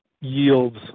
yields